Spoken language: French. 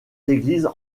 églises